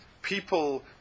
People